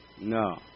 No